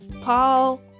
Paul